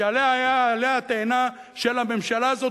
שהיה עלה התאנה של הממשלה הזאת,